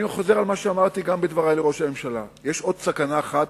אני חוזר על מה שאמרתי בדברי לראש הממשלה: יש עוד סכנה אחת,